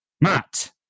matt